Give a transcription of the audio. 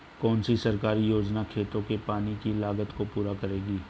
कौन सी सरकारी योजना खेतों के पानी की लागत को पूरा करेगी?